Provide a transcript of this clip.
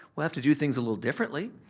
we'll have to do things a little differently.